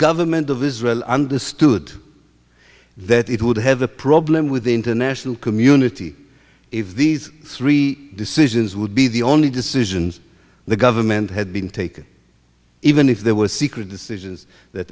government of israel understood that it would have a problem with the international community if these three decisions would be the only decisions the government had been taken even if they were secret decisions that